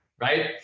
Right